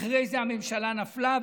אחרי זה הממשלה נפלה,